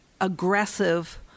aggressive